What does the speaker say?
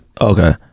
Okay